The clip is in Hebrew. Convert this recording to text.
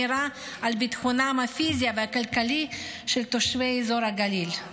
שמירה על ביטחונם הפיזי והכלכלי של תושבי אזור הגליל,